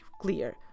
clear